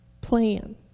plan